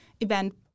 event